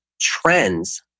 trends